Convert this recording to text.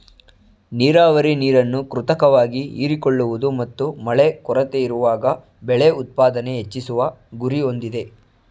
ನೀರಾವರಿ ನೀರನ್ನು ಕೃತಕವಾಗಿ ಹೀರಿಕೊಳ್ಳುವುದು ಮತ್ತು ಮಳೆ ಕೊರತೆಯಿರುವಾಗ ಬೆಳೆ ಉತ್ಪಾದನೆ ಹೆಚ್ಚಿಸುವ ಗುರಿ ಹೊಂದಿದೆ